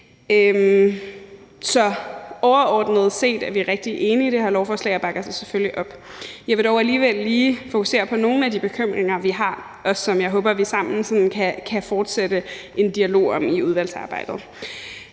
overordnet set er vi rigtig enige i det her lovforslag og bakker det selvfølgelig op. Jeg vil dog alligevel lige fokusere på nogle af de bekymringer, vi har, og som jeg håber vi sammen sådan kan fortsætte en dialog om i udvalgsarbejdet.